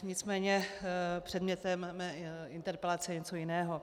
Nicméně předmětem mé interpelace je něco jiného.